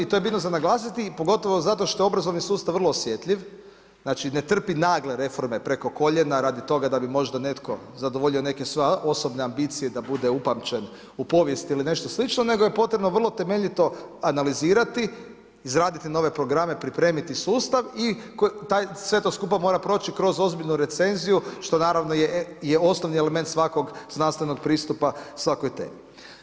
I to je bitno za naglasiti i pogotovo zato što je obrazovni sustav vrlo osjetljiv, znači ne trpi nagle reforme preko koljena, radi toga, da bi možda netko zadovoljio neke svoje osobna ambicije da bude upamćen u povijest ili nešto slično, nego je potrebno vrlo temeljito analizirati, izraditi nove programe, pripremiti sustav i taj, sve to skupa mora proći kroz ozbiljnu recenziju što naravno je osnovni element svakog znanstvenog pristupa svakoj temi.